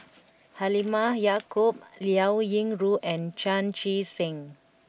Halimah Yacob Liao Yingru and Chan Chee Seng